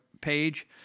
page